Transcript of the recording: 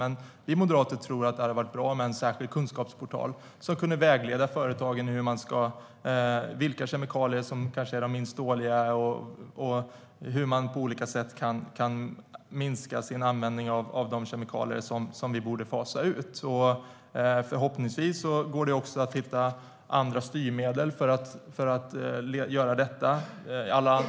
Men vi moderater tror att det hade varit bra med en särskild kunskapsportal som kunde vägleda företagen beträffande vilka kemikalier som är de minst dåliga och hur de på olika sätt kan minska sin användning av de kemikalier som vi borde fasa ut. Förhoppningsvis går det att hitta andra styrmedel för att göra det.